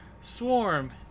Swarm